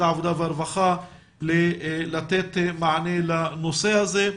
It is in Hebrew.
העבודה והרווחה לתת מענה לנושא הזה.